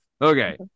okay